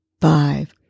five